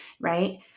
Right